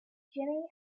jimmie